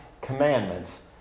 commandments